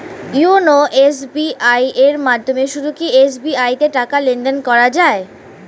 YONO SBI এর মাধ্যমে শুধুই কি এস.বি.আই তে টাকা লেনদেন করা যায়?